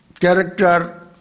character